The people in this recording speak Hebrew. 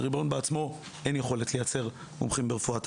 לריבון בעצמו אין יכולת לייצר מומחים ברפואה תעסוקתית.